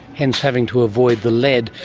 hence having to avoid the lead.